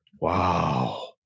Wow